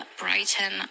Brighton